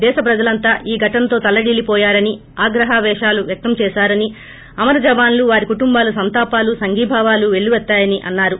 దేశ ప్రజలంతా ఈ ఘటనతో తల్లడిల్లిపోయారని ఆగ్రహాపేశాలు వ్యక్తం చేశారని అమర జవాన్లు వారి కుటుంబాలకు సంతాపాలు సంఘీభావాలు పెల్లువత్తాయని అన్నారు